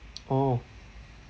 oh